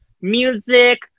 Music